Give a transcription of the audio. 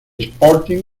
sporting